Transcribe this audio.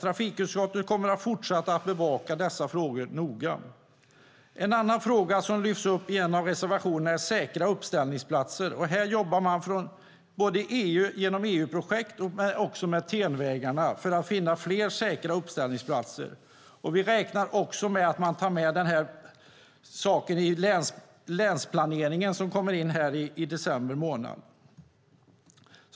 Trafikutskottet kommer att fortsätta att bevaka dessa frågor noga. En annan fråga som lyfts upp i en av reservationerna är säkra uppställningsplatser. Här jobbar man både genom EU-projekt och med TEN-vägarna för att få fram fler säkra uppställningsplatser. Vi räknar också med att man tar med den saken i länsplaneringen i december.